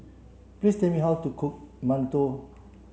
please tell me how to cook Mantou